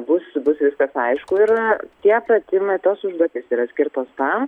bus bus viskas aišku yra tie pratimai tos užduotys yra skirtos tam